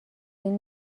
این